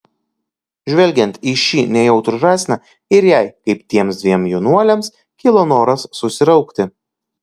žvelgiant į šį nejautrų žąsiną ir jai kaip tiems dviem jaunuoliams kilo noras susiraukti